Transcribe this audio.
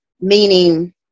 Meaning